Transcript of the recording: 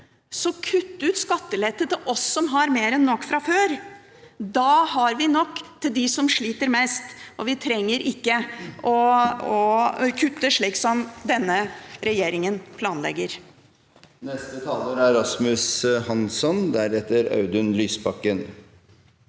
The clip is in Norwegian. så kutt ut skattelette til oss som har mer enn nok fra før. Da har vi nok til dem som sliter mest, og vi trenger ikke å kutte slik som denne regjeringen planlegger. Audun Lysbakken